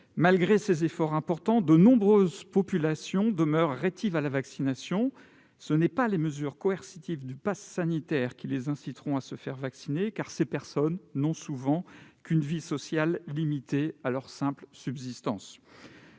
Malgré ces efforts importants, de nombreuses populations demeurent rétives à la vaccination. Ce ne sont pas les mesures coercitives, comme le passe sanitaire, qui les inciteront à se faire vacciner, car ces personnes n'ont souvent qu'une vie sociale réduite, simplement destinée